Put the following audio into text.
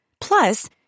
Plus